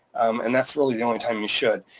and that's really the only time you should.